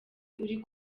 uri